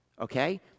Okay